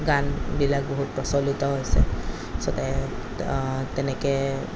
গানবিলাক বহুত প্ৰচলিত হৈছে তাৰপিছতে তেনেকৈ